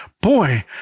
Boy